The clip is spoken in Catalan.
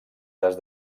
les